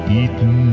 eaten